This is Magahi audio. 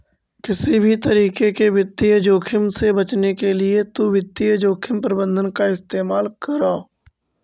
किसी भी तरीके के वित्तीय जोखिम से बचने के लिए तु वित्तीय जोखिम प्रबंधन का इस्तेमाल करअ